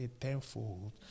tenfold